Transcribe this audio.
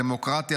דמוקרטיה,